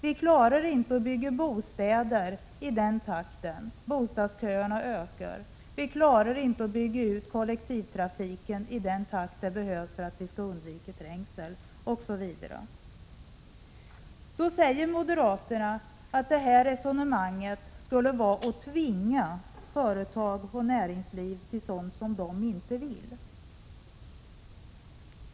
Vi klarar inte att bygga bostäder i den takten — bostadsköerna ökar. Vi klarar inte att bygga ut kollektivtrafiken i den takt som behövs för att vi skall undvika trängsel, osv. Då säger moderaterna att det här resonemanget skulle vara att tvinga företag och näringsliv till sådant som de inte vill.